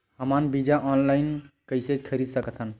हमन बीजा ऑनलाइन कइसे खरीद सकथन?